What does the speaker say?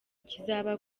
kizaba